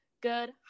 good